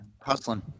hustling